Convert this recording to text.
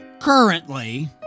Currently